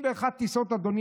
זאת,